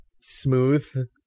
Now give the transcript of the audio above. smooth